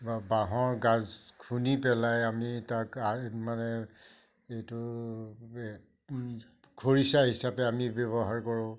বা বাঁহৰ গাজ খুন্দি পেলাই আমি তাক আ মানে এইটো খৰিচা হিচাপে আমি ব্যৱহাৰ কৰোঁ